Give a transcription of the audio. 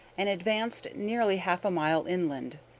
and advanced nearly half a mile inland,